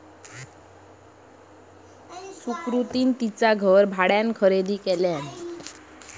सुकृतीन तिचा घर भाड्यान खरेदी केल्यान